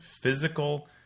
physical